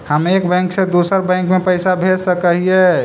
हम एक बैंक से दुसर बैंक में पैसा भेज सक हिय?